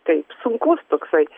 kaip sunkus toksai